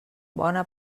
bona